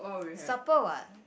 supper what